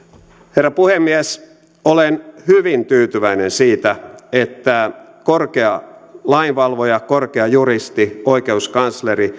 herra puhemies olen hyvin tyytyväinen siitä että korkea lainvalvoja korkea juristi oikeuskansleri